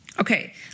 Okay